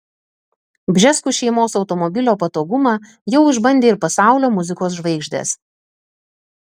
bžeskų šeimos automobilio patogumą jau išbandė ir pasaulio muzikos žvaigždės